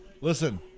Listen